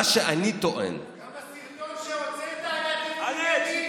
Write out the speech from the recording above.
מה שאני טוען, גם הסרטון שהוצאת היה טיעון ענייני?